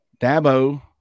Dabo